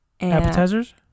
Appetizers